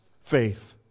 faith